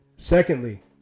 Secondly